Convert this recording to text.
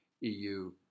EU